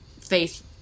faith